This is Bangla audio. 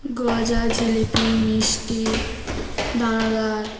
গজা জলেপি মিষ্টি দানাদার